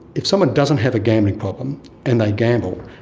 if someone doesn't have a gambling problem and they gamble,